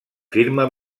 firma